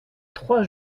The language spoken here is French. trois